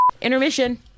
intermission